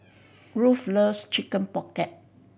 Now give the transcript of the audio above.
Ruth loves Chicken Pocket